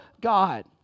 God